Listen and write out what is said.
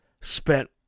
spent